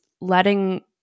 letting